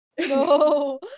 No